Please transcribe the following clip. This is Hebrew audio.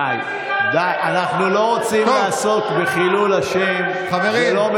למה שיקרת לבוחרים שלך?